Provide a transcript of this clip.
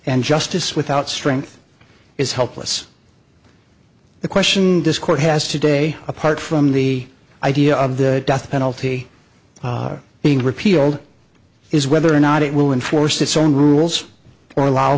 justice without strength is helpless the question this court has today apart from the idea of the death penalty being repealed is whether or not it will enforce its own rules or allow